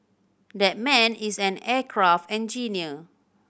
that man is an aircraft engineer